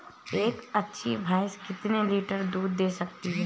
एक अच्छी भैंस कितनी लीटर दूध दे सकती है?